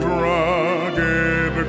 rugged